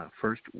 First